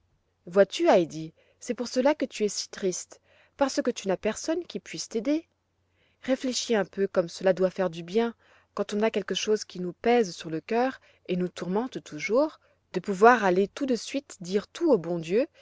vois-tu heidi c'est pour cela que tu es si triste parce que tu n'as personne qui puisse t'aider réfléchis un peu comme cela doit faire du bien quand on a quelque chose qui nous pèse sur le cœur et nous tourmente toujours de pouvoir aller tout de suite dire tout au bon dieu